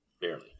barely